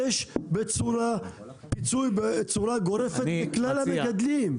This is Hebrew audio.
יש פיצוי בצורה גורפת לכלל המגדלים.